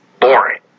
boring